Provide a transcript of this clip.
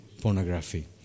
pornography